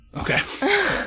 Okay